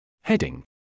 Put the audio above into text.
Heading